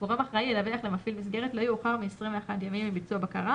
גורם אחראי ידווח למפעיל מסגרת לא יאוחר מ-21 ימים מביצוע בקרה,